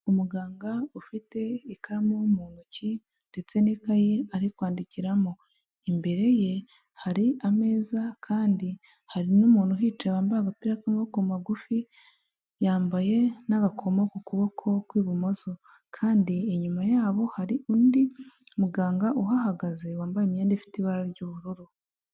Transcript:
Umuganga ufite ikaramu mu ntoki ndetse n'ikayi ari kwandikiramo. Imbere ye hari ameza kandi hari n'umuntu uhicaye wambaye agapira k'amabokoguru magufi, yambaye n'agakomo ku kuboko kw'ibumoso, kandi inyuma yabo hari undi muganga uhahagaze wambaye imyenda ifite ibara ry'ubururu.